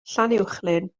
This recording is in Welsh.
llanuwchllyn